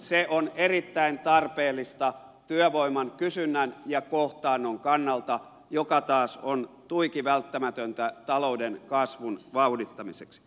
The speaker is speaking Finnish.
se on erittäin tarpeellista työvoiman kysynnän ja kohtaannon kannalta joka taas on tuiki välttämätöntä talouden kasvun vauhdittamiseksi